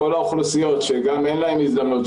כל האוכלוסיות שגם אין להם הזדמנות,